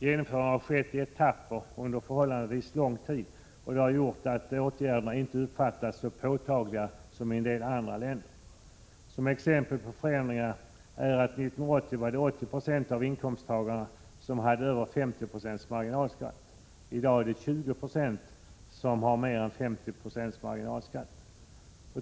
Genomförandet har skett i etapper under förhållandevis lång tid, och det har gjort att åtgärderna inte uppfattats så påtagliga som i en del andra länder. Som exempel på förändringar kan jag nämna att 1980 var det 80 96 av inkomsttagarna som hade över 50 96 marginalskatt. I dag är det 20 20 av inkomsttagarna som har mer än 50 96 marginalskatt.